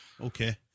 okay